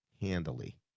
handily